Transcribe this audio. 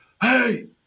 hey